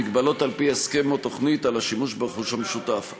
מגבלות על-פי הסכם או תוכנית על השימוש ברכוש המשותף,